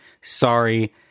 Sorry